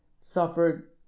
suffered